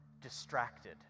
distracted